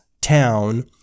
town